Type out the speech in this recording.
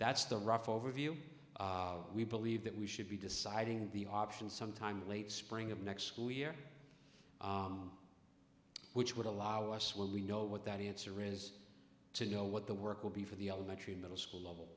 that's the rough overview we believe that we should be deciding the option sometime in late spring of next school year which would allow us when we know what that answer is to know what the work will be for the elementary middle school level